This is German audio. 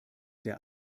der